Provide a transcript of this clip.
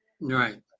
Right